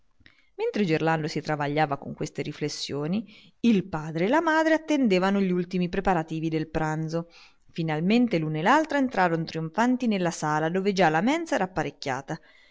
mentre gerlando si travagliava con queste riflessioni il padre e la madre attendevano a gli ultimi preparativi del pranzo finalmente l'uno e l'altra entrarono trionfanti nella sala dove già la mensa era apparecchiata